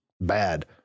bad